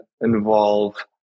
involve